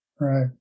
right